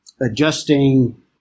adjusting